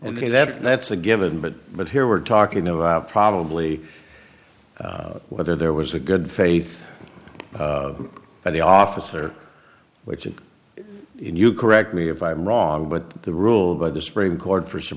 and that's a given but but here we're talking about probably whether there was a good faith by the officer which is you correct me if i'm wrong but the rule by the supreme court for s